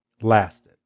lasted